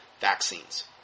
Vaccines